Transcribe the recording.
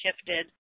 shifted